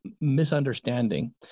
misunderstanding